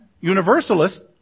universalist